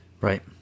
Right